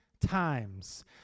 times